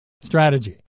Strategy